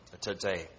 today